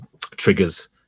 triggers